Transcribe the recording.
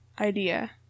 idea